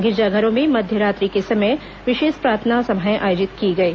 गिरजाघरों में मध्य रात्रि के समय विशेष प्रार्थना सभाएं आयोजित की गईं